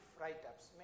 write-ups